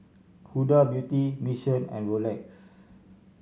Huda Beauty Mission and Rolex